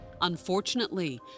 Unfortunately